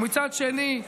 ומצד שני,